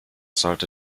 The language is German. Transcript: sollte